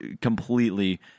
completely